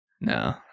No